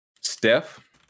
Steph